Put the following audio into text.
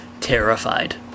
terrified